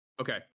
okay